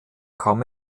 kam